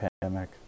pandemic